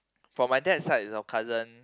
for my dad's side the cousins